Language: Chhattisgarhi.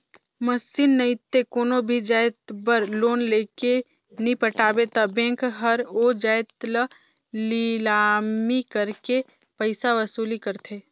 मसीन नइते कोनो भी जाएत बर लोन लेके नी पटाबे ता बेंक हर ओ जाएत ल लिलामी करके पइसा वसूली करथे